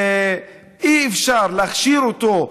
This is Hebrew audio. אי-אפשר להכשיר אותו,